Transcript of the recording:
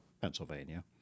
Pennsylvania